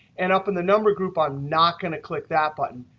and up in the number group, i'm not going to click that button.